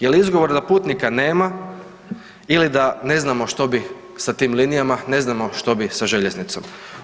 Jel izgovor da putnika nema ili da ne znamo što bi sa tim linijama, ne znamo što bi sa željeznicom.